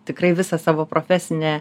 tikrai visą savo profesinę